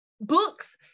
Books